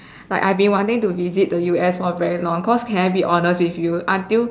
like I've been wanting to visit the U_S for very long cause can I be honest with you until